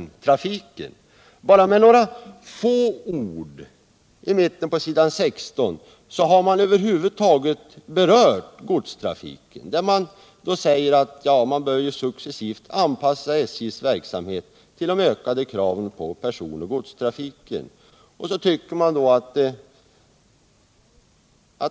Godstrafiken nämns bara med några få ord mitt på s. 16, där utskottet säger att man bör ”successivt anpassa SJ:s verksamhet till de ökade kraven på personoch godstrafiken”. Och så tycker man att servicen